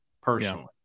personally